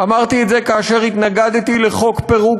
אמרתי את זה כאשר התנגדתי לחוק פירוק